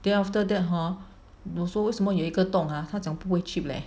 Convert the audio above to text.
then after that hor 我说为什么有一个洞啊他讲不会 chip leh